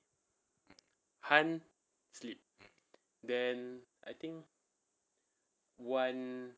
han sleep then I think wan